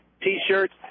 T-shirts